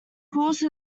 course